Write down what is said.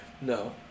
No